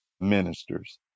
ministers